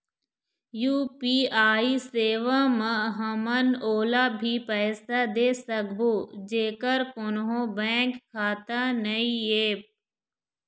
UPI सेवा म हमन ओला भी पैसा दे सकबो जेकर कोन्हो बैंक खाता नई ऐप?